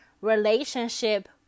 relationship